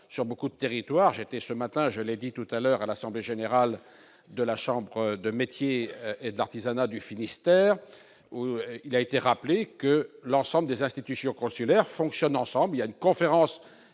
de nombreux territoires. J'ai assisté ce matin, je l'ai dit tout à l'heure, à l'assemblée générale de la chambre de métiers et de l'artisanat du Finistère. Il a été rappelé que toutes les institutions consulaires fonctionnent ensemble. Une conférence